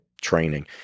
training